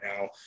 now